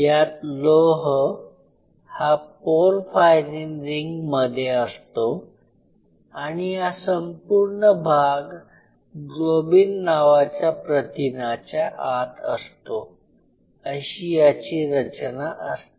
यात लोह हा पोरफायरीन रिंग मध्ये असतो आणि हा संपूर्ण भाग ग्लोबिन नावाच्या प्रथिनाच्या आत असतो अशी याची रचना असते